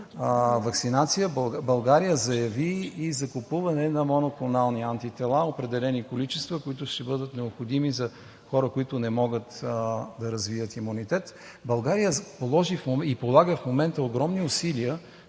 ваксинация, България заяви и закупуване на определени количества монотонални антитела, които ще бъдат необходими за хора, които не могат да развият имунитет. България положи и полага в момента огромни усилия